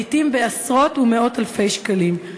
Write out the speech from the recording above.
לעתים בעשרות ומאות אלפי שקלים.